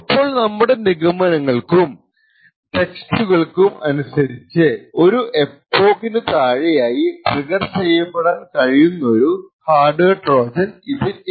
ഇപ്പോൾ നമ്മുടെ നിഗമനങ്ങൾക്കും ടെസ്റ്റ്കല്ക്കും മനുസരിച്ചു ഒരു എപ്പോക്ക് നു താഴെയായി ട്രിഗർ ചെയ്യപ്പെടാൻ കഴിയുന്നൊരു ഹാർഡ്വെയർ ട്രോജൻ ഇതിൽ ഇല്ല